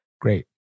Great